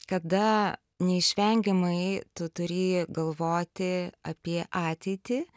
kada neišvengiamai tu turi galvoti apie ateitį